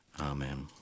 Amen